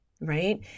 right